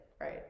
Right